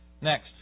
Next